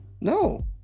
No